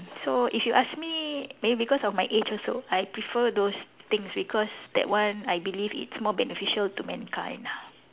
so if you ask me maybe because of my age also I prefer those things because that one I believe it's more beneficial to mankind lah